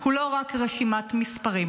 הוא לא רק רשימת מספרים,